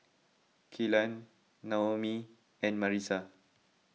Kelan Noemie and Marisa